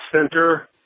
Center